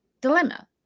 dilemma